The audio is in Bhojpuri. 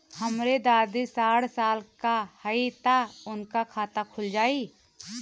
हमरे दादी साढ़ साल क हइ त उनकर खाता खुल जाई?